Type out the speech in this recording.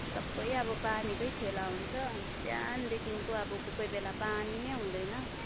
सबै अब पानीकै खेला हुन्छ बिहानदेखिको अब कोही कोही बेला पानी नै हुँदैन